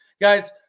Guys